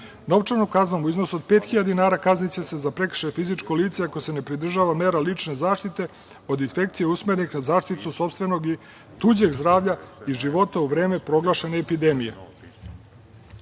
mera. Novčanom kaznom u iznosu od 5.000 dinara kazniće se za prekršaj fizičko lice ako se ne pridržava mera lične zaštite od infekcije usmerenih na zaštitu sopstvenog i tuđeg zdravlja i života u vreme proglašene epidemije. Uvaženi